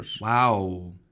Wow